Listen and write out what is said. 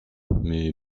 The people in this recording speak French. mais